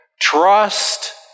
Trust